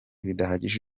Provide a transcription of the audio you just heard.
bidahagije